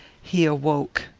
he awoke.